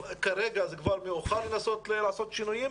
כרגע כבר מאוחר לנסות לעשות שינויים.